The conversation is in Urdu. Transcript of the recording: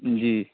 جی